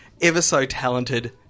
ever-so-talented